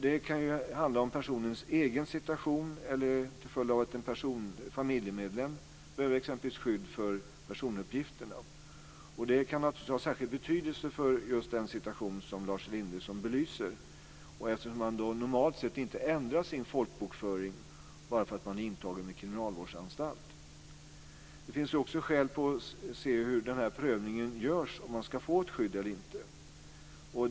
Det kan handla om personens egen situation eller att exempelvis en familjemedlem behöver skydd för personuppgifterna. Det kan ha särskilt betydelse för den situation som Lars Elinderson belyser, eftersom man normalt sett inte ändrar sin folkbokföring bara för att man är intagen i kriminalvårdsanstalt. Det finns också skäl att se på hur prövningen görs om man ska få ett skydd eller inte.